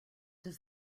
does